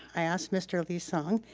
i asked mr. lee-sung,